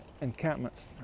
encampments